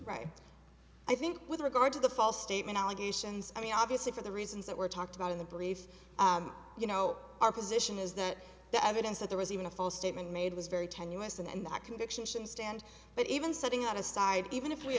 right i think with regard to the false statement allegations i mean obviously for the reasons that were talked about in the police you know our position is that the evidence that there was even a false statement made was very tenuous and that conviction should stand but even setting out aside even if we